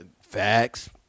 facts